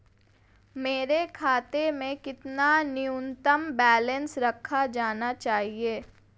मेरे खाते में कितना न्यूनतम बैलेंस रखा जाना चाहिए?